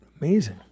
Amazing